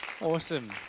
Awesome